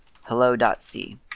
hello.c